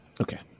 Okay